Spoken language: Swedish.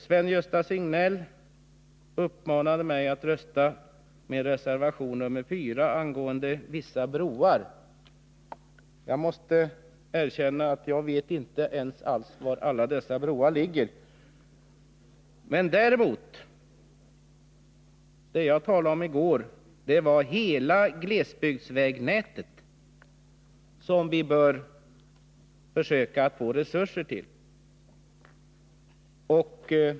Sven-Gösta Signell uppmanade mig att rösta med reservation nr 4 som gäller byggande av vissa broar. Jag måste erkänna att jag inte ens vet var alla dessa broar ligger. Vad jag däremot talade om i går var hela glesbygdsvägnätet som vi bör försöka få resurser till.